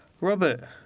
robert